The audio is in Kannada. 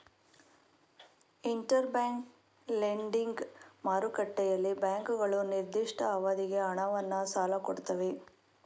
ಇಂಟರ್ ಬ್ಯಾಂಕ್ ಲೆಂಡಿಂಗ್ ಮಾರುಕಟ್ಟೆಯಲ್ಲಿ ಬ್ಯಾಂಕುಗಳು ನಿರ್ದಿಷ್ಟ ಅವಧಿಗೆ ಹಣವನ್ನ ಸಾಲ ಕೊಡ್ತವೆ